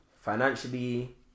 financially